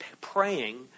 praying